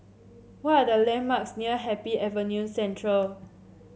what are the landmarks near Happy Avenue Central